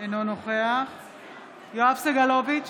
אינו נוכח יואב סגלוביץ'